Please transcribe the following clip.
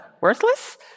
worthless